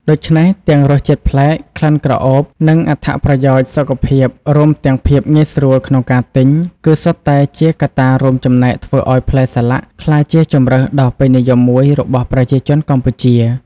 ដូច្នេះ ទាំងរសជាតិប្លែក ក្លិនក្រអូប និងអត្ថប្រយោជន៍សុខភាព រួមទាំងភាពងាយស្រួលក្នុងការទិញ គឺសុទ្ធតែជាកត្តារួមចំណែកធ្វើឱ្យផ្លែសាឡាក់ក្លាយជាជម្រើសដ៏ពេញនិយមមួយរបស់ប្រជាជនកម្ពុជា។